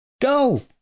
Go